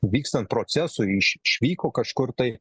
vykstant procesui iš išvyko kažkur tai